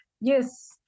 Yes